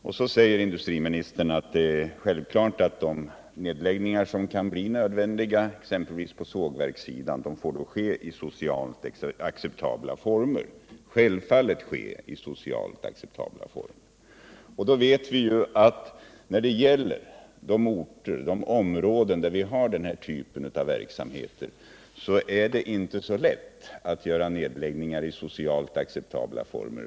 Industriministern säger vidare att det är självklart att de nedläggningar som kan bli nödvändiga, exempelvis på sågverkssidan, måste ske i socialt acceptabla former. Vi vet ju att i de orter och områden där vi har den här typen av verksamhet är det inte lätt att göra nedläggningar i socialt acceptabla former.